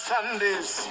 Sundays